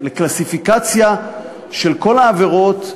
לקלסיפיקציה של כל העבירות,